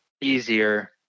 easier